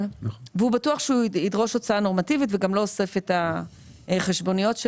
והוא בטוח שהוא ידרוש הוצאה נורמטיבית וגם לא אוסף את החשבוניות של